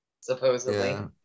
supposedly